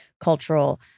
cultural